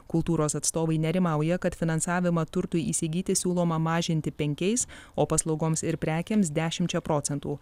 kultūros atstovai nerimauja kad finansavimą turtui įsigyti siūloma mažinti penkiais o paslaugoms ir prekėms dešimčia procentų